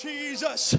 Jesus